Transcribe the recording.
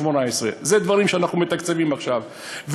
18'. אלה דברים שאנחנו מתקצבים עכשיו,